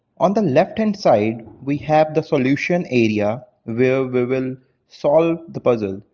on the left hand side, we have the solution area where we will solve the puzzle.